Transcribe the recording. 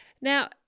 Now